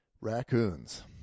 Raccoons